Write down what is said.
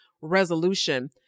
resolution